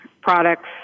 products